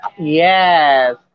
Yes